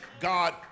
God